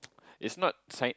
it's not sign